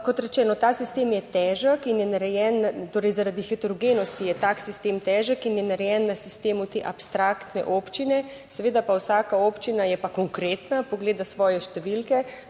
kot rečeno, ta sistem je težek in je narejen, torej zaradi heterogenosti je tak sistem težek in je narejen na sistemu te abstraktne občine, seveda pa vsaka občina je pa konkretna, pogleda svoje številke,